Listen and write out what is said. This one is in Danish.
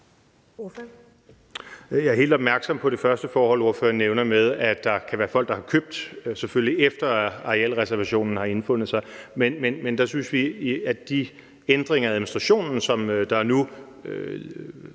Jeg er helt opmærksom på det første forhold, ordføreren nævner, med, at der selvfølgelig kan være folk, der har købt, efter arealreservationen er trådt i kraft. Men vi synes, at de ændringer i administrationen, som nu